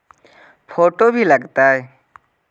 Photo भी लग तै?